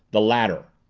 the ladder!